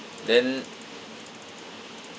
then